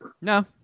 No